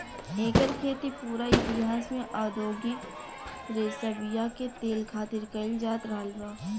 एकर खेती पूरा इतिहास में औधोगिक रेशा बीया के तेल खातिर कईल जात रहल बा